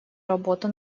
работу